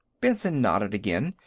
benson nodded again,